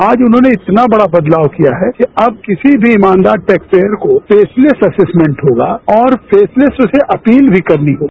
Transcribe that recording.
आज उन्होंने इतना बड़ा बदलाव किया है कि अब किसी भी ईमानदार टैक्सपेयर को फेशलेस असेसमेंट होगा और फेशलेस उसको अपील भी करनी होगी